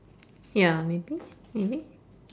ya maybe maybe